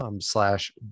slash